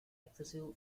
excessive